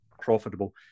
profitable